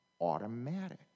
automatic